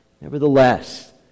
Nevertheless